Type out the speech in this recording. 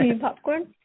popcorn